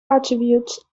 attributes